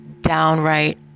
downright